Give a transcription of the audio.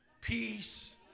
peace